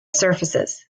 surfaces